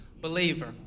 believer